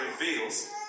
reveals